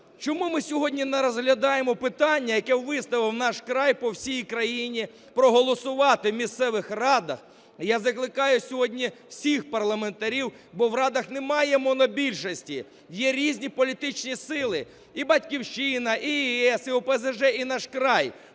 Чому ми сьогодні не розглядаємо питання, яке виставив "Наш край" по всій країні, проголосувати у місцевих радах? Я закликаю сьогодні всіх парламентарів, бо в радах немає монобільшості, є різні політичні сили: і "Батьківщина", і "ЄС", і ОПЗЖ і "Наш край".